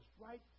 right